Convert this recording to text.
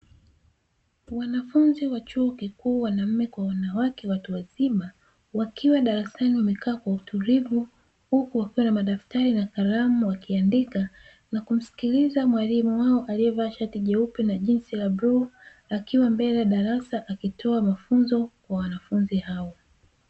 Wanafunzi wa chuo kikuu (wanaume kwa wanawake) watu wazima wakiwa darasani wamekaa kwa utulivu, huku wakiwa na madaftari na kalamu wakiandika na kumsikiliza mwalimu wao aliyevaa shati jeupe na jinzi ya bluu; akiwa mbele ya darasa akitoa mafunzo kwa wanafunzi hao.